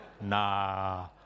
Nah